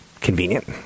convenient